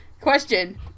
Question